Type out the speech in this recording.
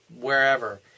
wherever